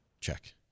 check